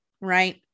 right